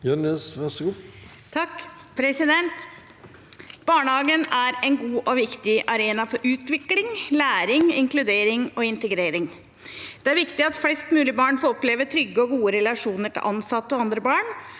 (H) Barnehagen er en god og viktig arena for utvikling, læring, inkludering og integrering. Det er viktig at flest mulig barn får oppleve trygge og gode relasjoner til ansatte og andre barn,